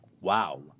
Wow